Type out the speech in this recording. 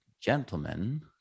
gentlemen